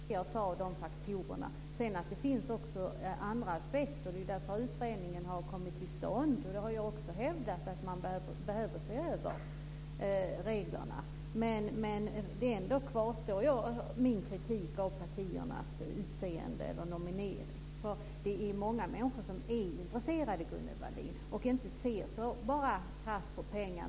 Fru talman! Det är inte endast det som har varit problemet. Men jag vidhåller vad jag sade om de faktorerna. Det finns också andra aspekter, och det är därför utredningen har kommit till stånd. Jag har också hävdat att man behöver se över reglerna. Min kritik av partiernas nomineringar kvarstår ändå. Det finns många människor som är intresserade, Gunnel Wallin, och som inte bara ser krasst på pengarna.